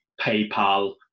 PayPal